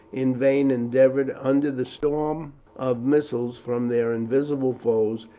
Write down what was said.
in vain endeavoured, under the storm of missiles from their invisible foes,